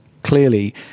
clearly